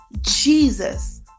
Jesus